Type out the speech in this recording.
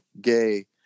gay